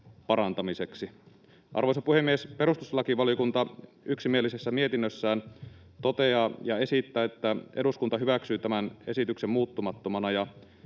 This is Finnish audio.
parantamiseksi. Arvoisa puhemies! Perustuslakivaliokunta yksimielisessä mietinnössään toteaa ja esittää, että eduskunta hyväksyy tämän esityksen muuttumattomana, ja